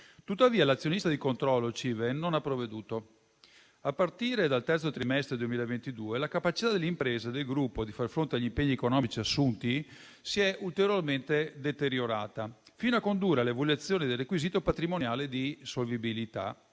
Tuttavia, l'azionista di controllo Cinven non ha provveduto. A partire dal terzo trimestre 2022, la capacità delle imprese del gruppo di far fronte agli impegni economici assunti si è ulteriormente deteriorata, fino a condurre alla violazione del requisito patrimoniale di solvibilità